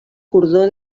cordó